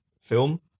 film